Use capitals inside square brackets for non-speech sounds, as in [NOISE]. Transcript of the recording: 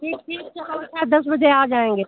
ठीक ठीक तो हम [UNINTELLIGIBLE] दस बजे आ जाएँगे फिर